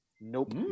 Nope